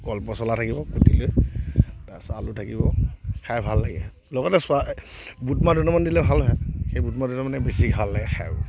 কল পচলা থাকিব তাৰপিছত আলু থাকিব খাই ভাল লাগে লগতে বুটমাহ দুটামান দিলে ভাল হয় সেই বুটমাহটো তাৰমানে বেছি ভাল লাগে খাই আৰু